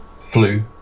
Flu